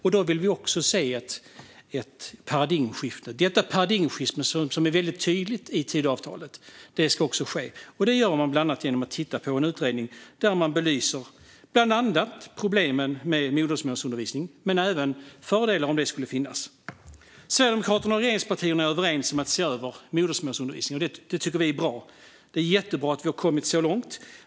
Vi vill se ett paradigmskifte, något som är väldigt tydligt i Tidöavtalet. Det sker bland annat genom en utredning som exempelvis ska belysa problemen med modersmålsundervisning men även fördelar, om sådana skulle finnas. Sverigedemokraterna och regeringspartierna är överens om att se över modersmålsundervisningen. Det tycker vi är bra, och det är jättebra att vi kommit så långt.